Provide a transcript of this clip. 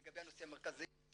לגבי הנושאים המרכזיים.